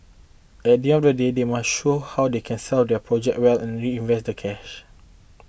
at the end of the day they must show how they can sell their projects well and reinvest the cash